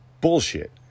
bullshit